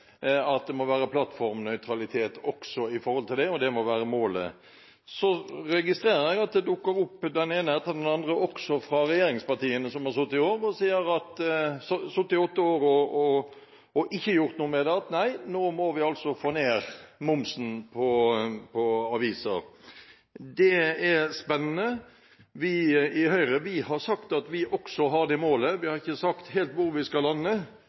at det må være plattformnøytralitet også i dette. Det må være målet. Så registrerer jeg at den ene etter den andre dukker opp, også fra regjeringspartiene som har sittet i åtte år, og som ikke gjort noe med det, og sier: Nå må vi få ned momsen på aviser. Det er spennende. Vi i Høyre har sagt at vi også har det målet. Vi har ikke sagt helt hvor vi skal lande.